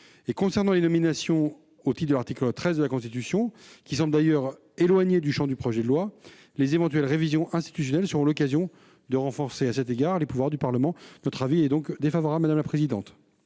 concernant les nominations au titre de l'article 13 de la Constitution, qui semblent d'ailleurs éloignées du champ du projet de loi, les éventuelles révisions institutionnelles seront l'occasion de renforcer les pouvoirs du Parlement. Quel est l'avis du Gouvernement